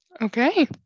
Okay